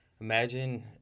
imagine